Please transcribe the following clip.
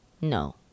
No